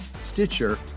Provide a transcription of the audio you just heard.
Stitcher